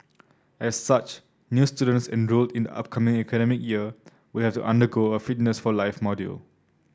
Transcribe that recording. as such new students enrolled in the upcoming academic year will have to undergo a fitness for life module